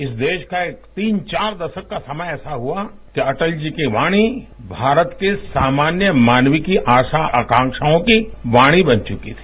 इस देश का तीन चार दशक का समय ऐसा हुआ कि अटल जी की वाणी भारत के सामान्य मानव की आशा आकांक्षाओं की वाणी बन चुकी थी